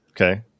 Okay